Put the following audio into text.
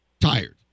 tired